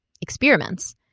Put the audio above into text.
experiments